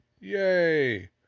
Yay